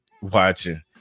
watching